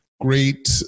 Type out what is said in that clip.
great